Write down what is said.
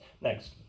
Next